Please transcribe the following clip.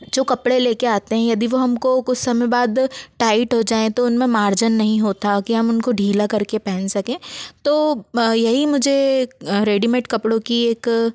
जो कपड़े लेके आते हें यदि वो हमको कुछ समय बाद टाइट हो जाएं तो उनमें मार्जन नहीं होता कि हम उनको ढीला करके पहन सकें तो यही मुझे रेडीमेट कपड़ों की एक